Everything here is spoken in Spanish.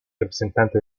representante